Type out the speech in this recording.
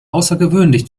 außergewöhnlich